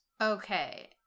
Okay